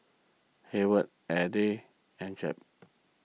Hayward Elgie and Jep